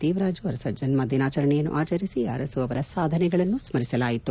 ದೇವರಾಜ ಅರಸು ಜನ್ದಿನಾಚರಣೆಯನ್ನು ಆಚರಿಸಿ ಅರಸು ಅವರ ಸಾಧನೆಗಳನ್ನು ಸ್ಥರಿಸಲಾಯಿತು